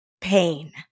pain